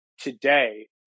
today